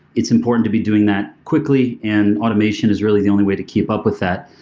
it's important to be doing that quickly and automation is really the only way to keep up with that.